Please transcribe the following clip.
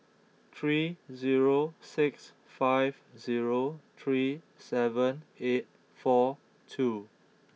three zero six five zero three seven eight four two